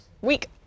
week